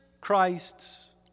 Christ's